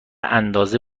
اندازه